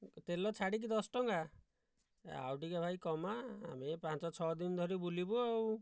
ତେଲ ଛାଡ଼ିକି ଦଶ ଟଙ୍କା ଆଉ ଟିକେ ଭାଇ କମାଅ ଆମେ ଏଇ ପାଞ୍ଚ ଛଅ ଦିନ ଧରି ବୁଲିବୁ ଆଉ